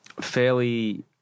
fairly